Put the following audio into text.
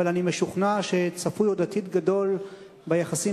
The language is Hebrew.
אבל אני משוכנע שצפוי עוד עתיד גדול ליחסים